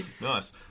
Nice